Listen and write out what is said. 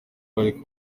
bari